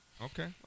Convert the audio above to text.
Okay